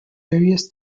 various